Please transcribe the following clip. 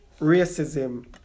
racism